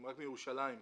רק מירושלים.